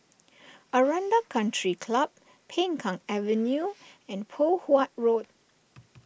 Aranda Country Club Peng Kang Avenue and Poh Huat Road